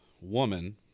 woman